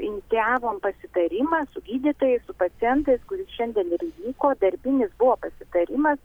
inicijavom pasitarimą su gydytojais su pacientais kur ir šiandien ir įvyko darbinis buvo pasitarimas